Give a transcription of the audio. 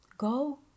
Go